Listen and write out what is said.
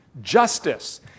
Justice